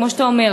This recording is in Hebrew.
כמו שאתה אומר,